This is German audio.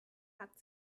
hat